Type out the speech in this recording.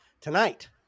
tonight